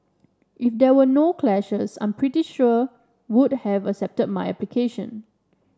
if there were no clashes I'm pretty sure would have accepted my application